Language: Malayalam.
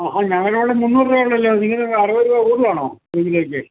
ആഹാ ഞങ്ങളുടെ വിടെ മൂന്നുറ് രൂപ ഉള്ളു അല്ലോ നിങ്ങൾ അറുപത് രൂപ കൂടുതലാണോ ഒരു കിലോയ്ക്ക്